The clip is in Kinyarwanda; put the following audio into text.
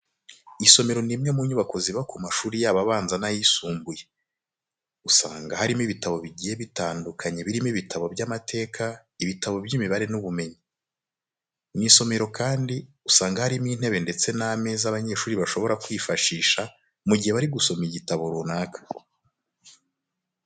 Isomero ni imwe mu nyubako ziba ku mashuri yaba abanza n'ayisumbuye. Usanga harimo ibitabo bigiye bitandukanye birimo ibitabo by'amateka, ibitabo by'imibare n'ubumenyi. Mu isomero kandi usanga harimo intebe ndetse n'ameza abanyeshuri bashobora kwifashisha mu gihe bari gusoma igitabo runaka.